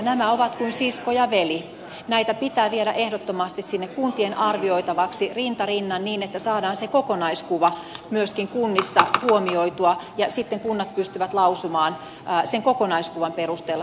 nämä ovat kuin sisko ja veli nämä pitää viedä ehdottomasti sinne kuntien arvioitavaksi rinta rinnan niin että saadaan se kokonaiskuva myöskin kunnissa huomioitua ja sitten kunnat pystyvät lausumaan sen kokonaiskuvan perusteella sen oman näkemyksensä